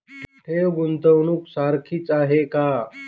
ठेव, गुंतवणूक सारखीच आहे का?